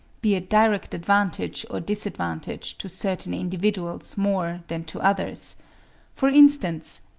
be a direct advantage or disadvantage to certain individuals more than to others for instance,